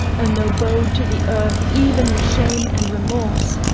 and though bowed to the earth even with shame and remorse,